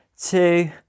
two